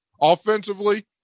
Offensively